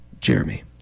Jeremy